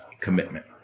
commitment